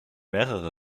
mehrere